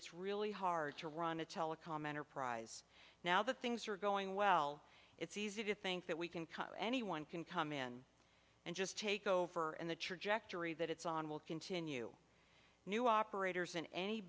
it's really hard to run a telecom enterprise now that things are going well it's easy to think that we can anyone can come in and just take over and the trajectory that it's on will continue new operators in any